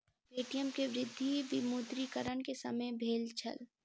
Paytm के वृद्धि विमुद्रीकरण के समय भेल छल